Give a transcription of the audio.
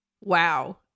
Wow